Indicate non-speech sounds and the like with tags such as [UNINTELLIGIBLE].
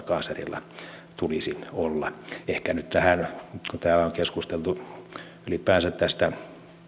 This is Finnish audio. [UNINTELLIGIBLE] kanslerilla tulisi olla ehkä nyt kun täällä on keskusteltu ylipäänsä tästä